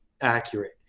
accurate